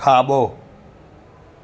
खाबो॒